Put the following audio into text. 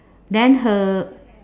then her